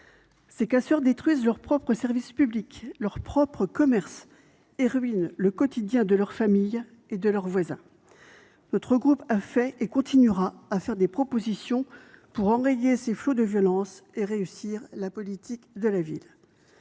Ces casseurs détruisent leurs propres services publics, leurs propres commerces et ruinent le quotidien de leurs familles et de leurs voisins. Notre groupe a formulé des propositions pour enrayer cette vague de violences et contribuer à la politique de la ville,